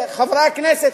חברי הכנסת,